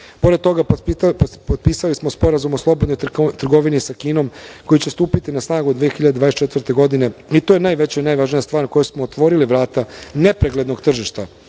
toga, potpisali smo Sporazum o slobodnoj trgovini sa Kinom, koji će stupiti na snagu 2024. godine i to je najveća i najvažnija stvar kojom smo otvorili vrata nepreglednog tržišta,